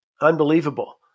Unbelievable